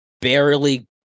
barely